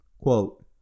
Quote